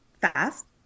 fast